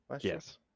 Yes